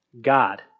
God